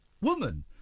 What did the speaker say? woman